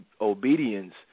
obedience